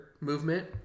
movement